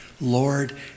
Lord